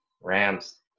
rams